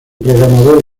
programador